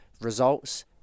results